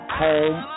home